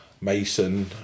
Mason